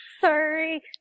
Sorry